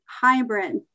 hybrid